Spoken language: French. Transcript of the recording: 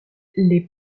les